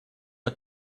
got